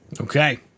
Okay